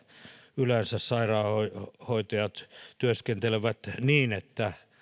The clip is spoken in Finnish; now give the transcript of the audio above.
yleensä sairaanhoitajat työskentelevät niin että